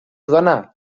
dudana